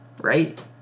right